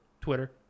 Twitter